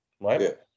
Right